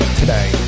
today